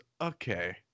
okay